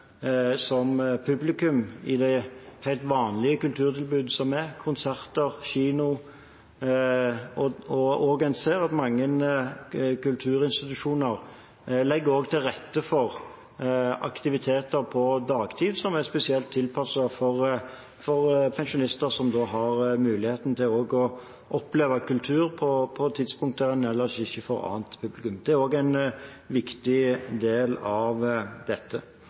publikum i det helt vanlige kulturtilbudet som tilbys, f.eks. konserter og kino. Man ser at mange kulturinstitusjoner legger til rette for aktiviteter på dagtid som er spesielt tilpasset pensjonister, som dermed har muligheten til å oppleve kultur til tider man ikke ellers får annet publikum. Det er en viktig del av dette.